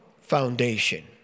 foundation